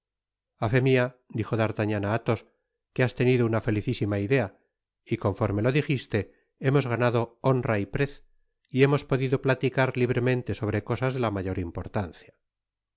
fé mía dijo d'artagnan á athos que has tenido una felicísima idea y conforme lo dijiste hemos ganado honra y préz y hemos podido platicar libremente sobrecosas de la mayor importancia